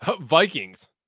vikings